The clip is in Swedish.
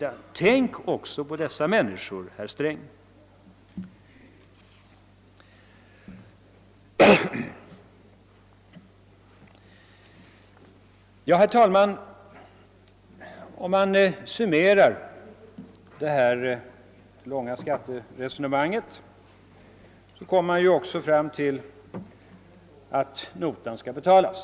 Tänk också på dessa människor, herr Sträng! Herr talman! Om man summerar detta skatteresonemang, kommer man också fram till att notan skall betalas.